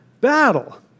battle